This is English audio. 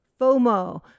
FOMO